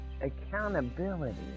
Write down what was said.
accountability